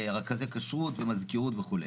רכזי כשרות, מזכירות וכו'.